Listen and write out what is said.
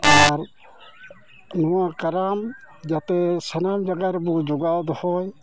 ᱟᱨ ᱱᱚᱣᱟ ᱠᱟᱨᱟᱢ ᱡᱟᱛᱮ ᱥᱟᱱᱟᱢ ᱡᱟᱜᱟᱨᱮᱵᱚ ᱡᱚᱜᱟᱣ ᱫᱚᱦᱚᱭ